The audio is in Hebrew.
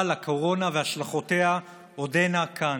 אבל הקורונה והשלכותיה עודן כאן,